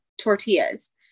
tortillas